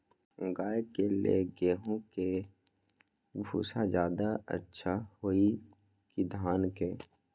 गाय के ले गेंहू के भूसा ज्यादा अच्छा होई की धान के?